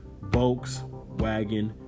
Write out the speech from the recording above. Volkswagen